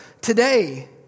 today